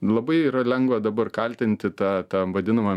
labai yra lengva dabar kaltinti tą tą vadinamą